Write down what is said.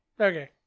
Okay